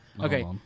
Okay